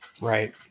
Right